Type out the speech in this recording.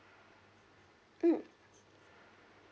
mm